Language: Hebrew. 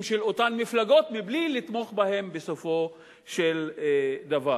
של אותן מפלגות בלי לתמוך בהן בסופו של דבר.